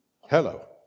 Hello